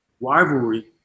rivalry